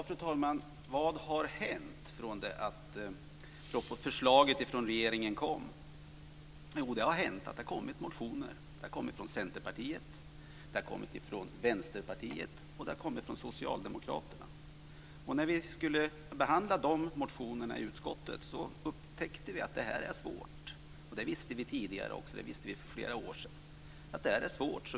Fru talman! Vad har hänt från det att förslaget från regeringen kom? Jo, det har hänt att det har kommit motioner. De har kommit från Centerpartiet, de har kommit från Vänsterpartiet och de har kommit från Socialdemokraterna. När vi skulle behandla de motionerna i utskottet upptäckte vi att det här var svårt. Det visste vi tidigare också. Vi visste för flera år sedan att det här är svårt.